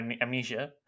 amnesia